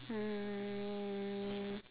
um